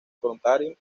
contrario